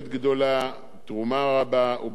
בתרומה רבה ובהצלחה רבה,